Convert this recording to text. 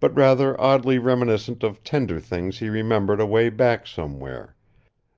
but rather oddly reminiscent of tender things he remembered away back somewhere